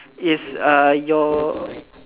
is uh your